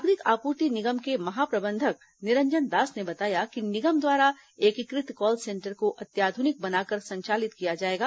नागरिक आपूर्ति निगम के महाप्रबंधक निरंजन दास ने बताया कि निगम द्वारा एकीकृत कॉल सेंटर को अत्याधुनिक बनाकर संचालित किया जाएगा